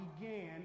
began